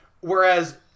whereas